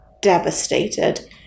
devastated